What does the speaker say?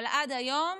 אבל עד היום